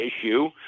Issue